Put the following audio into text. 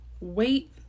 wait